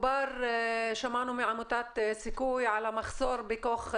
שמענו מעמותת סיכוי על המחסור בכוח אדם.